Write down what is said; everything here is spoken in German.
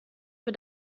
für